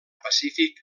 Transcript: pacífic